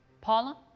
Paula